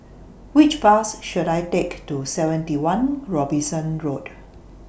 Which Bus should I Take to seventy one Robinson Road